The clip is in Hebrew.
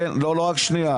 לא עכשיו,